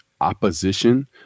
opposition